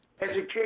Education